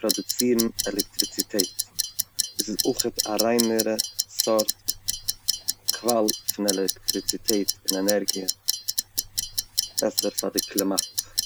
פראדוצירן עלעקטריציטעט, דאס איז אויכעט א ריינערע סארט קוואל פון עלעקטריציטעט און ענערגיע, בעסער פאר די קלימאט.